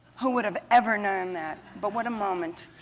who would have ever known that? but what a moment.